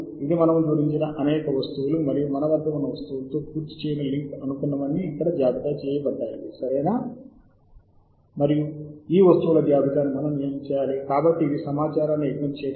సరే ఇక్కడ మేము చేసిన వాటి యొక్క సారాంశం ఇది అన్నింటినీ చూడటానికి జాబితా పేరు పై నొక్కండి మీరు ఎంచుకున్న మరియు సేవ్ చేసిన అంశాలు కనిపిస్తాయి